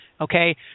okay